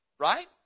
Right